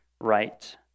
right